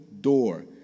door